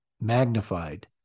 Magnified